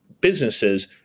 businesses